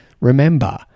Remember